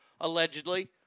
allegedly